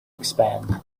expand